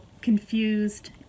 confused